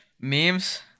Memes